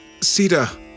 Sita